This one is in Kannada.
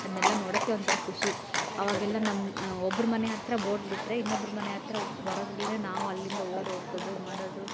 ಅದನ್ನೆಲ್ಲ ನೋಡೋಕೆ ಒಂಥರ ಖುಷಿ ಅವಾಗೆಲ್ಲ ನಮ್ಮ ಒಬ್ರು ಮನೆ ಹತ್ತಿರ ಬೋಟ್ ಬಿಟ್ಟರೆ ಇನ್ನೊಬ್ರ ಮನೆ ಹತ್ರ ಬರೋದರಲ್ಲೇ ನಾವು ಅಲ್ಲಿಂದ ಓಡೋಗೋದು ಮಾಡೋದು